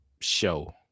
show